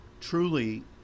truly